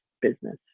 business